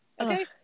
Okay